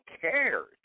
cares